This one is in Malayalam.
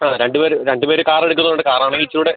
ആ രണ്ട് പേര് രണ്ട് പേര് കാറെടുക്കുന്നുണ്ട് കാറാണ് ഇച്ചിരി കൂടെ